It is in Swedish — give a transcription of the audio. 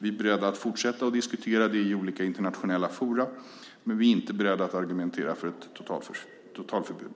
Vi är beredda att fortsätta att diskutera det i olika internationella forum, men vi är inte beredda att argumentera för ett totalförbud.